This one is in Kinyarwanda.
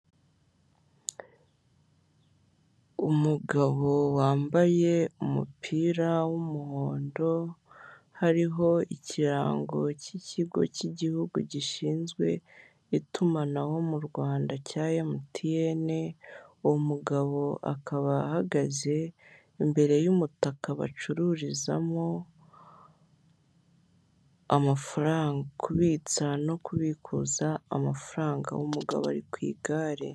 Umugabo wambaye umupira w'umuhondo hariho ikirango cy'ikigo cy'igihugu gishinzwe itumanaho mu Rwanda cya Emutiyene, uwo umugabo akaba ahagaze imbere y'umutaka bacururizamo amafaranga, kubitsa no kubikuza amafaranga, uwo umugabo ari ku igare.